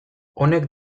honek